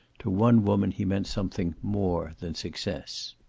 to one woman he meant something more than success.